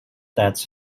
that